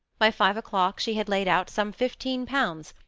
by five o'clock she had laid out some fifteen pounds,